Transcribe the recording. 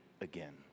again